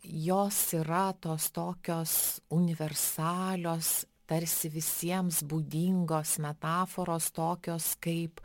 jos yra tos tokios universalios tarsi visiems būdingos metaforos tokios kaip